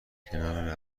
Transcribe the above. کنار